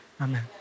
Amen